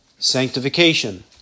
Sanctification